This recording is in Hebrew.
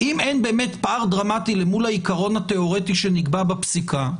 אם אין באמת פער דרמטי למול העיקרון התיאורטי שנקבע בפסיקה,